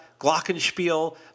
glockenspiel